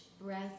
breath